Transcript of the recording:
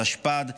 התשפ"ד,